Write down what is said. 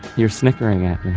you're snickering at me.